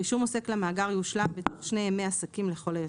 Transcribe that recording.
רישום עוסק למאגר יושלם בתוך שני ימי עסקים לכל היותר.